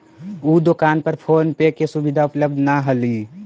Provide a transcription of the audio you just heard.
उ दोकान पर फोन पे के सुविधा उपलब्ध न हलई